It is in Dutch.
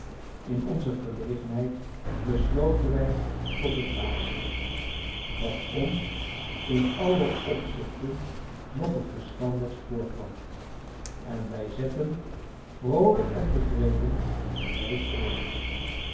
in onze verlegenheid besloten wij tot het laatste wat ons in alle opzichten nog het verstandigst voorkwam en wij zetten vroolijk en tevreden onze reis voort